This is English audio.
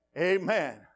Amen